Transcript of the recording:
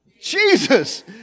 Jesus